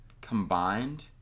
combined